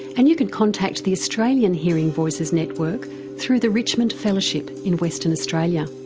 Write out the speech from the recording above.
and you can contact the australian hearing voices network through the richmond fellowship in western australia.